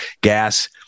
gas